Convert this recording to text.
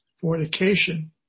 fornication